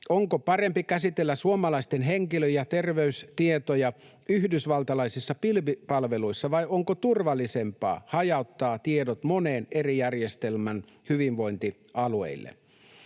onko parempi käsitellä suomalaisten henkilö- ja terveystietoja yhdysvaltalaisissa pilvipalveluissa, vai onko turvallisempaa hajauttaa tiedot moneen eri järjestelmään hyvinvointialueille?